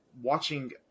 watching